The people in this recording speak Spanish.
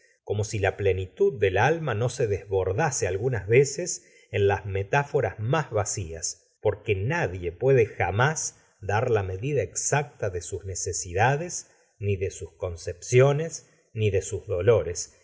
como si la plenitud del alma no se desbordase algunas veces en las metáforas más vacías porque nadie puede jamás dar la medida exacta de sus necesidades ni de sus concepciones ni de sus dolores